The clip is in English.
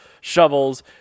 shovels